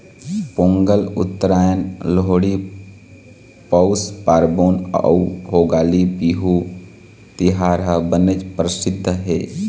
पोंगल, उत्तरायन, लोहड़ी, पउस पारबोन अउ भोगाली बिहू तिहार ह बनेच परसिद्ध हे